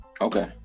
Okay